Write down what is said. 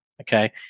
okay